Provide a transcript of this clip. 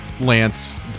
lance